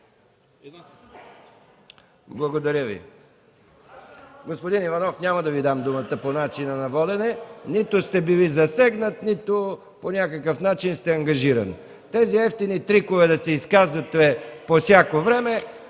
МИХАИЛ МИКОВ: Господин Иванов, няма да Ви дам думата по начина на водене. Нито сте били засегнат, нито по някакъв начин сте ангажирани. Тези евтини трикове да се изказвате по всяко време...